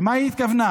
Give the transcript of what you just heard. למה היא התכוונה?